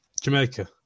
Jamaica